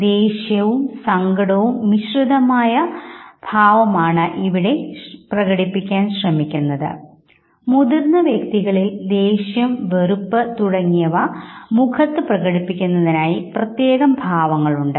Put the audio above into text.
ദേഷ്യവും സങ്കടവും മിശ്രിതമായദേഷ്യവും സങ്കടവും ആണ് ഇവിടെ പ്രകടിപ്പിക്കാൻ ശ്രമിക്കുന്ന ഭാവം മുതിർന്ന വ്യക്തികളിൽ ദേഷ്യം വെറുപ്പ് തുടങ്ങിയവ മുഖത്ത് പ്രകടിപ്പിക്കുന്നതിനായി പ്രത്യേകം ഭാവങ്ങളുണ്ട്